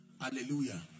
Hallelujah